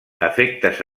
efectes